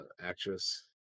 actress